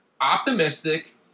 optimistic